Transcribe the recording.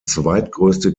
zweitgrößte